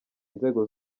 inzego